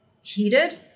heated